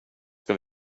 ska